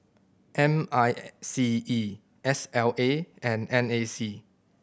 M I C E S L A and N A C